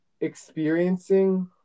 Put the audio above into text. experiencing